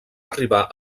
arribar